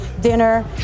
dinner